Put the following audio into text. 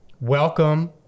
Welcome